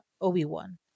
Obi-Wan